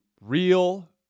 real